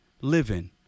living